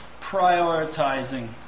prioritizing